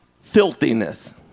filthiness